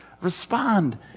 respond